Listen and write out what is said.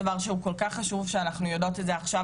דבר שהוא כל כך חשוב ושאנחנו יודעות את זה עכשיו,